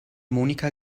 monika